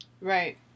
Right